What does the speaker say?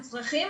הצרכים,